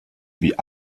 wie